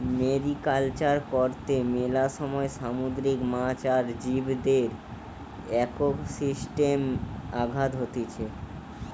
mariculture কর্তে মেলা সময় সামুদ্রিক মাছ আর জীবদের একোসিস্টেমে আঘাত হতিছে